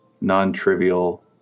non-trivial